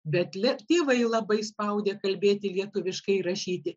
bet li tėvai labai spaudė kalbėti lietuviškai rašyti